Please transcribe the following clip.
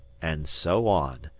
and so on.